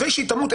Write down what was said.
אחרי שהיא תמות,